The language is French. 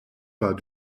pas